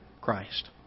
Christ